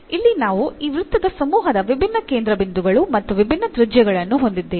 ಇಲ್ಲಿ ನಾವು ಈ ವೃತ್ತದ ಸಮೂಹದ ವಿಭಿನ್ನ ಕೇಂದ್ರಬಿಂದುಗಳು ಮತ್ತು ವಿಭಿನ್ನ ತ್ರಿಜ್ಯಗಳನ್ನು ಹೊಂದಿದ್ದೇವೆ